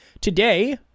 Today